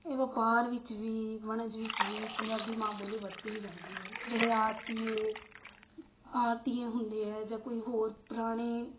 ਇਹ ਵਪਾਰ ਵਿੱਚ ਵੀ ਵਣਜ ਵਿੱਚ ਵੀ ਪੰਜਾਬੀ ਮਾਂ ਬੋਲੀ ਵਰਤੀ ਹੀ ਜਾਂਦੀ ਹੈ ਜਿਹੜੇ ਆੜਤੀਏ ਆਰਤੀਏ ਹੁੰਦੇ ਹੈ ਜਾਂ ਕੋਈ ਹੋਰ ਪੁਰਾਣੇ